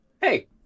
Hey